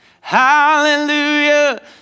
hallelujah